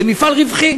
זה מפעל רווחי,